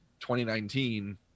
2019